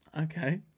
Okay